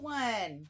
one